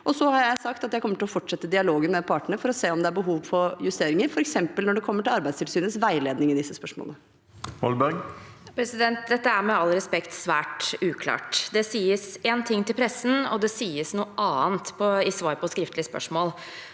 jeg sagt at jeg kommer til å fortsette dialogen med partene for å se om det er behov for justeringer, f.eks. når det gjelder Arbeidstilsynets veiledning i disse spørsmålene. Anna Molberg (H) Dette er med all re- spekt svært uklart. Det sies én ting til pressen, og det sies noe annet i svar på skriftlig spørsmål.